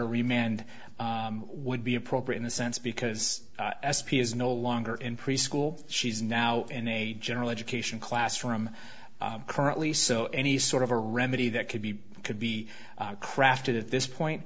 remain and would be appropriate in a sense because s p is no longer in preschool she's now in a general education classroom currently so any sort of a remedy that could be could be crafted at this point